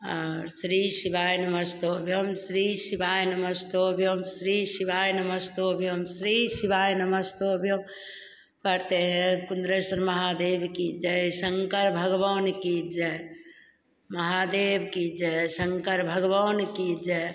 और स्री शिवाय नमस्तोभ्यम स्री शिवाय नमस्तोभ्यम स्री शिवाय नमस्तोभ्यम स्री शिवाय नमस्तोभ्यम करते हैं कुंद्रेश्वर महादेव की जय शंकर भगवान की जय महादेव की जय शंकर भगवान की जय